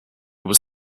was